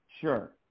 sure